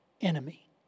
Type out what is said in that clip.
Enemy